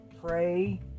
pray